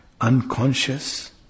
unconscious